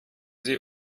sie